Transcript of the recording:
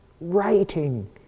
writing